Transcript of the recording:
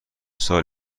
سال